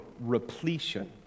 repletion